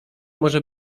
może